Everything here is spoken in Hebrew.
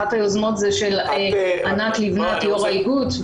אחת היוזמות היא של ענת לבנת, יושבת-ראש האיגוד.